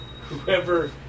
Whoever